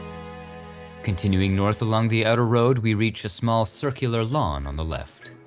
continuing north along the outer road we reach a small circular lawn on the left.